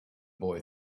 boy